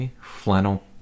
flannel